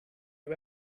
you